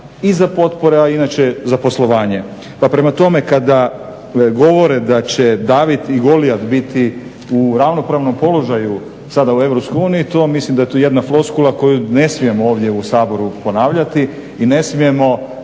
i za potpore a inače za poslovanje. Pa prema tome kada govore da će David i Golijat biti u ravnopravnom položaju sada u EU, to mislim da je to jedna floskula koju ne smijemo ovdje u Saboru ponavljati i ne smijemo